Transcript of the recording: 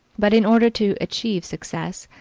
but in order to achieve success,